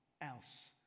else